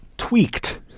Tweaked